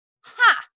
Ha